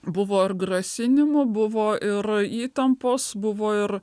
buvo ir grasinimų buvo ir įtampos buvo ir